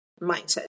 mindset